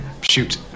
Shoot